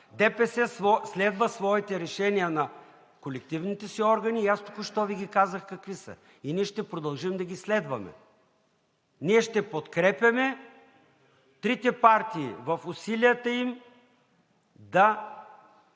ДПС следва своите решения на колективните си органи и аз току-що Ви казах какви са, и ние ще продължим да ги следваме. Ние ще подкрепяме трите партии в усилията им да